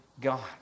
God